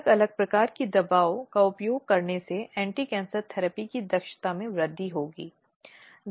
इसलिए शिकायत के साथ आगे बढ़ने की प्रक्रिया में ये कुछ जिम्मेदारियां या कार्य हैं जिन्हें आईसीसी ICCInternal Complaints Committee पूरा करने की उम्मीद करता है